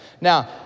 Now